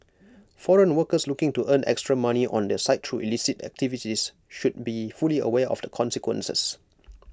foreign workers looking to earn extra money on the side through illicit activities should be fully aware of the consequences